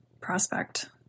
prospect